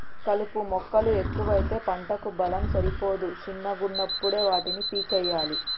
కలుపు మొక్కలు ఎక్కువైతే పంటకు బలం సరిపోదు శిన్నగున్నపుడే వాటిని పీకేయ్యలే